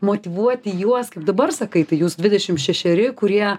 motyvuoti juos kaip dabar sakai tai jūs dvidešim šešeri kurie